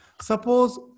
Suppose